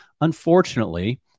Unfortunately